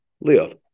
live